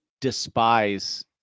despise